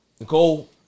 Nicole